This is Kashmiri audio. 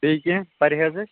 بیٚیہِ کیٚنٛہہ پرہیزٕ